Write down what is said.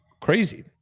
crazy